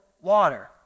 Water